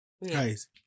Nice